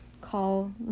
call